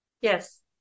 Yes